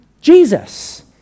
Jesus